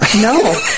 no